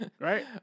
right